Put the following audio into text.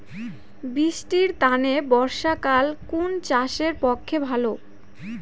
বৃষ্টির তানে বর্ষাকাল কুন চাষের পক্ষে ভালো?